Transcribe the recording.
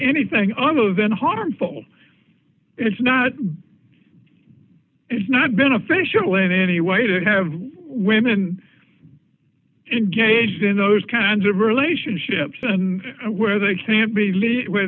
anything other than harmful it's not it's not beneficial in any way to have women engaged in those kinds of relationships and where they can't be